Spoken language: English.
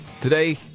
today